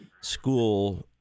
school